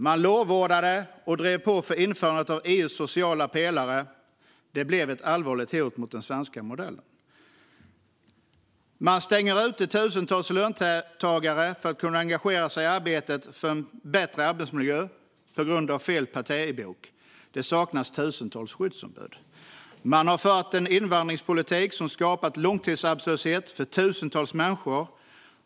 Man lovordade och drev på införandet av EU:s sociala pelare; det blev ett allvarligt hot mot den svenska modellen. Man stänger ute tusentals löntagare från att kunna engagera sig i arbetet för en bättre arbetsmiljö på grund av fel partibok. Det saknas tusentals skyddsombud. Man har fört en invandringspolitik som skapat långtidsarbetslöshet för tusentals människor.